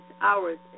hours